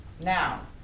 Now